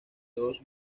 dos